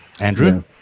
Andrew